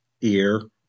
ear